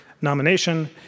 nomination